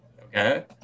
Okay